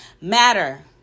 matter